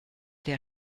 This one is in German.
der